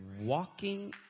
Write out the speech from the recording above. Walking